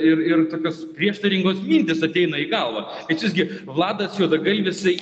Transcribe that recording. ir ir tokios prieštaringos mintys ateina į galvą kad jis gi vladas juodagalvis jisai